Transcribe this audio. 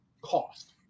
cost